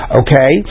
okay